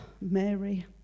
Mary